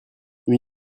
nous